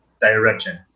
direction